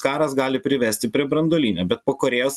karas gali privesti prie branduolinio bet po korėjos